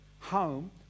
home